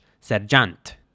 sergeant